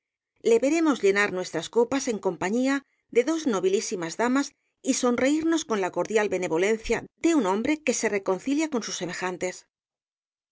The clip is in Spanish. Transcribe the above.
veremos llenar nuestras copas en compañía de dos nobilísimas damas y sonreimos con la cordial benevolencia de un hombre que se reconcilia con sus semejantes